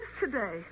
today